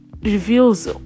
reveals